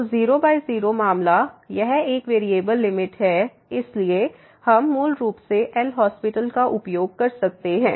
तो 0 0 मामला यह एक वेरिएबल लिमिट है इसलिए हम मूल रूप से एल हास्पिटल LHospital का उपयोग कर सकते हैं